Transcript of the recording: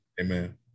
amen